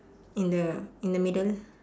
in the in the middle